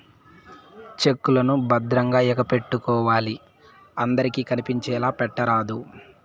check లను భద్రంగా ఎగపెట్టుకోవాలి అందరికి కనిపించేలా పెట్టరాదు